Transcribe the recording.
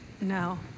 No